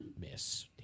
Miss